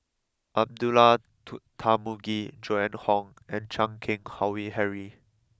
Abdullah to Tarmugi Joan Hon and Chan Keng Howe Harry